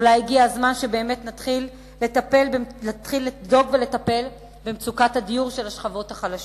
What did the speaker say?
אולי הגיע הזמן שבאמת נתחיל לדאוג ולטפל במצוקת הדיור של השכבות החלשות.